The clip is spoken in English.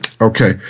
Okay